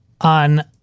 on